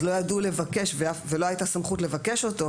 אז לא ידעו לבקש ולא הייתה סמכות לבקש אותו,